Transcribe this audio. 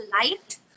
light